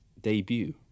debut